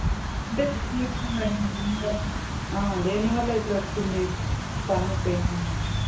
అంటే దేనివల్ల మేడమ్ దేనివల్ల దేనివల్ల ఇట్ల వస్తుంది పన్నుపెయిన్ అనేది